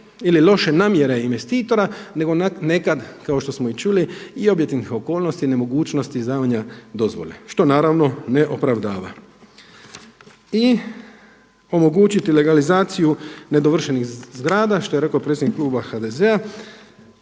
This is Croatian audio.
ili noše namjere investitora nego nekad, kao što smo i čuli i objektivnih okolnosti, nemogućnosti izdavanja dozvole što naravno ne opravdava. I omogućiti legalizaciju nedovršenih zgrada što je rekao predsjednik kluba HDZ-a,